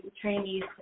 trainees